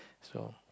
so